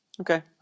Okay